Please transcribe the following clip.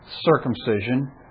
circumcision